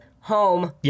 home